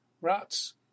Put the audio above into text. rats